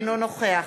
אינו נוכח